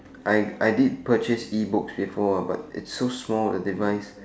I I did purchase E books before lah but it's so small the device